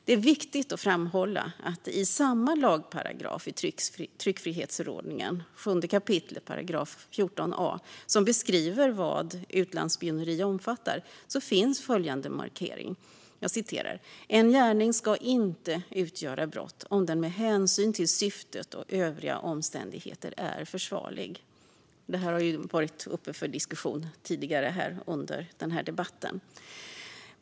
Det är viktigt att framhålla att i samma lagparagraf i tryckfrihetsförordningen, 7 kap. 14 a §, som beskriver vad utlandsspioneri omfattar, finns följande markering: "En gärning ska inte utgöra brott, om den med hänsyn till syftet och övriga omständigheter är försvarlig." Detta har varit uppe för diskussion tidigare under denna debatt.